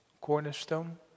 cornerstone